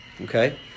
okay